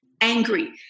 angry